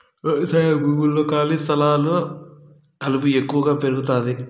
వ్యవసాయ భూముల్లో, ఖాళీ స్థలాల్లో కలుపు ఎక్కువగా పెరుగుతాది